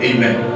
Amen